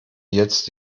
jetzt